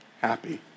happy